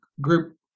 group